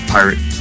Pirate